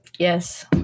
Yes